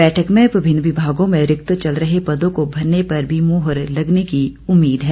बैठक में विभिन्न विभागों में रिक्त चल रहे पदों को भरने पर भी मुहर लगने की उम्मीद है